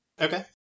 Okay